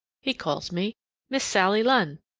he calls me miss sally lunn,